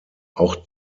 auch